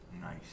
Nice